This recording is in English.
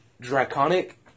draconic